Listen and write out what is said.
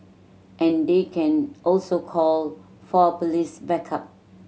and they can also call for police backup